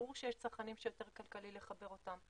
ברור שיש צרכנים שיותר כלכלי לחבר אותם.